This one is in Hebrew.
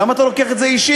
למה אתה לוקח את זה אישית,